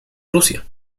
rusia